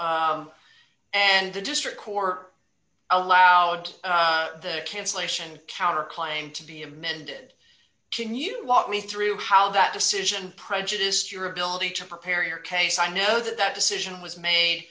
and the district court allowed the cancellation counterclaim to be amended can you lost me through how that decision prejudiced your ability to prepare your case i know that that decision was made